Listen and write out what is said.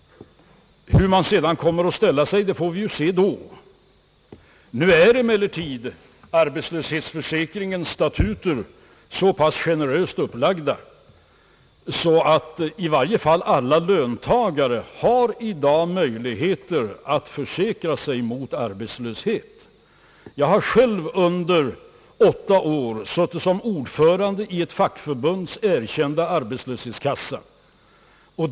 Hur man sedan kommer att ställa sig får vi ju se då. Nu är emellertid arbetslöshetsförsäkringens statuter så pass generöst upplagda att i varje fall alla löntagare i dag har möjligheter att försäkra sig mot arbetslöshet. Jag har själv under åtta år suttit som ordförande i ett fackförbunds erkända arbetslöshetskassa.